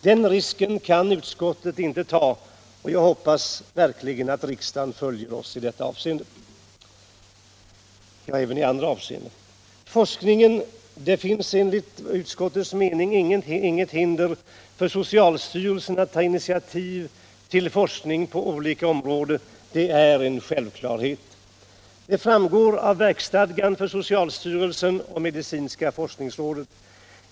Den risken kan inte utskottet ta, och jag hoppas verkligen att riksdagen följer oss. Det finns enligt utskottets mening inget hinder för socialstyrelsen att ta initiativ till forskning på olika områden. Det är en självklarhet. Det framgår av verksstadgan och instruktionen för socialstyrelsen och medicinska forskningsrådet.